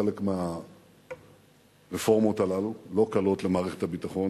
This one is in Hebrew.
חלק מהרפורמות הללו לא קלות למערכת הביטחון,